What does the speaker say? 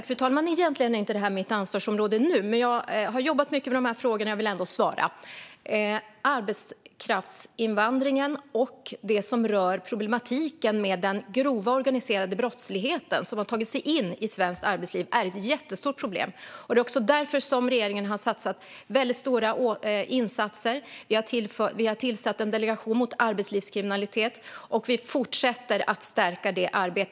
Fru talman! Egentligen är detta inte mitt ansvarsområde nu, men jag har jobbat mycket med frågorna, så jag vill ändå svara. Arbetskraftsinvandringen och det som rör problematiken med den grova organiserade brottsligheten, som har tagit sig in i svenskt arbetsliv, är ett jättestort problem. Det är också därför som regeringen har gjort väldigt stora insatser. Vi har tillsatt en delegation mot arbetslivskriminalitet, och vi fortsätter att stärka det arbetet.